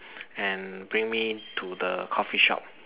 and bring me to the coffee shop